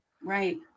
Right